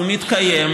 הוא מתקיים,